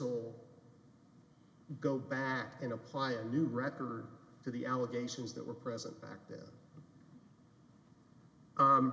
l go back and apply a new record to the allegations that were present back there